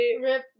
Rip